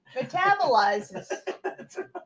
metabolizes